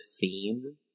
theme